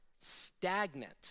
stagnant